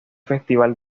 festival